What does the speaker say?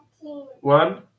One